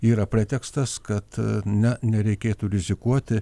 yra pretekstas kad ne nereikėtų rizikuoti